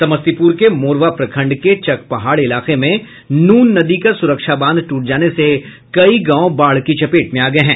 समस्तीपुर के मोरवा प्रखंड के चकपहाड़ इलाके में नून नदी का सुरक्षा बांध टूट जाने से कई गांव बाढ़ की चपेट में आ गये हैं